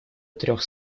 трех